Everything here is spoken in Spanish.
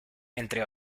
entre